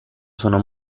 sono